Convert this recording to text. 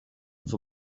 for